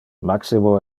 maximo